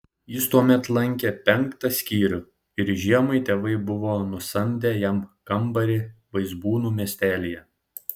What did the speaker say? jis tuomet lankė penktą skyrių ir žiemai tėvai buvo nusamdę jam kambarį vaizbūnų miestelyje